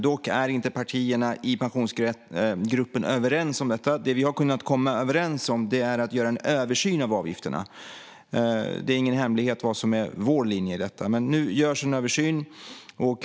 Dock är inte partierna i Pensionsgruppen överens om detta. Det vi har kunnat komma överens om är att göra en översyn av avgifterna. Det är ingen hemlighet vad som är vår linje i detta, men nu görs en översyn.